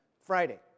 Friday